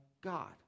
God